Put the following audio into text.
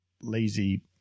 lazy